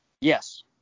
Yes